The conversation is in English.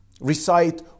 recite